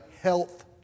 health